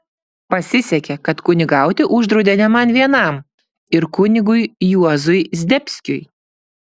pasisekė kad kunigauti uždraudė ne man vienam ir kunigui juozui zdebskiui